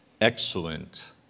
excellent